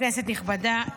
כנסת נכבדה,